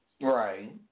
Right